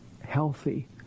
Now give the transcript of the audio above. healthy